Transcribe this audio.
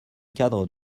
cadre